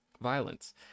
violence